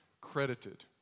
credited